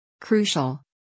Crucial